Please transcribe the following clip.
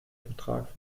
vertrag